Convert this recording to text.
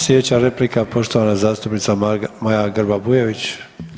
Sljedeća replika poštovana zastupnica Maja Grba Bujević.